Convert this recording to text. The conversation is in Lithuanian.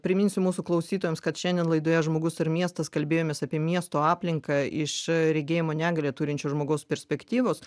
priminsiu mūsų klausytojams kad šiandien laidoje žmogus ir miestas kalbėjomės apie miesto aplinką iš regėjimo negalią turinčio žmogaus perspektyvos